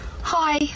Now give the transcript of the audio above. hi